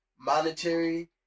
monetary